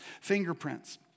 fingerprints